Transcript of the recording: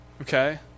Okay